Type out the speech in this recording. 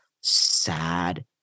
sad